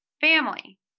Family